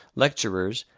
lecturers,